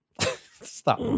stop